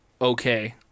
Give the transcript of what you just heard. okay